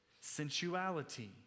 sensuality